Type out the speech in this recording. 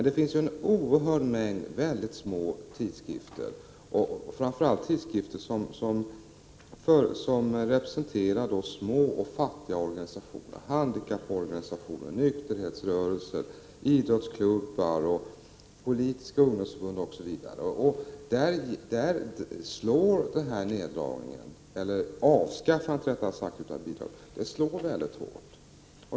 Det finns en oerhörd mängd mycket små tidskrifter, främst tidskrifter som representerar små och fattiga organisationer: handikapporganisationer, nykterhetsrörelser, idrottsklubbar, politiska ungdomsförbund osv. Där slår neddragningen eller avskaffandet av bidraget mycket hårt.